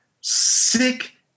sick